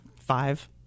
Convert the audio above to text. Five